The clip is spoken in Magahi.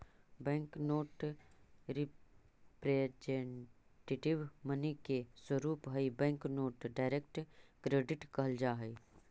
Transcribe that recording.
बैंक नोट रिप्रेजेंटेटिव मनी के स्वरूप हई बैंक नोट डायरेक्ट क्रेडिट कहल जा हई